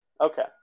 Okay